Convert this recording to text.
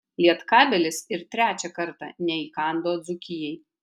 lietkabelis ir trečią kartą neįkando dzūkijai